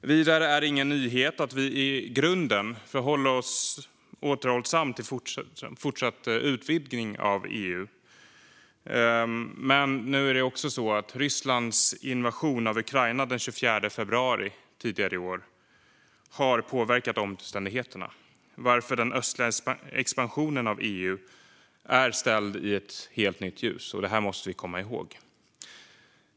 Vidare är det ingen nyhet att vi i grunden förhåller oss återhållsamt till en fortsatt utvidgning av EU. Rysslands invasion av Ukraina tidigare i år, den 24 februari, har dock påverkat omständigheterna, varför den östliga expansionen av EU är ställd i ett helt nytt ljus. Det här måste vi komma ihåg.